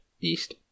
east